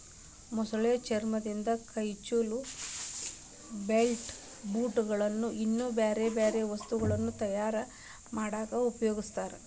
ಮೊಸಳೆ ಚರ್ಮದಿಂದ ಕೈ ಚೇಲ, ಬೆಲ್ಟ್, ಬೂಟ್ ಗಳು, ಇನ್ನೂ ಬ್ಯಾರ್ಬ್ಯಾರೇ ವಸ್ತುಗಳನ್ನ ತಯಾರ್ ಮಾಡಾಕ ಉಪಯೊಗಸ್ತಾರ